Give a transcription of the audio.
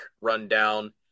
rundown